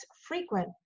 frequent